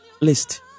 list